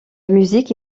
musique